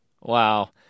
wow